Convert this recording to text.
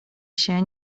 się